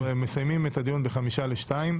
נסיים את הדיון ב-13:55,